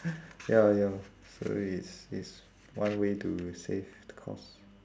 ya ya so it's it's one way to save the cost